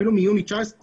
אפילו מיוני 2019,